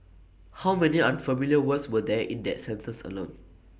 how many unfamiliar words were there in that sentence alone